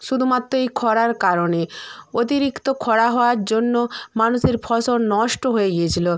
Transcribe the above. শুদুমাত্র এই খরার কারণে অতিরিক্ত খরা হওয়ার জন্য মানুষের ফসল নষ্ট হয়ে গেছিলো